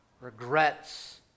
Regrets